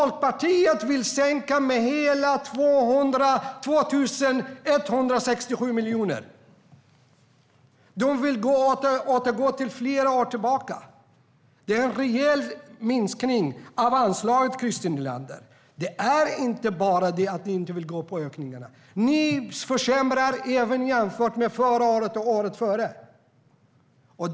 Liberalerna vill sänka med hela 2 167 miljoner. De vill återgå till hur det var för flera år sedan. Det är en rejäl minskning av anslaget, Christer Nylander. Det är inte bara det att ni inte vill gå med på ökningarna, utan ni försämrar även jämfört med förra året och året före det.